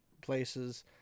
places